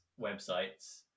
websites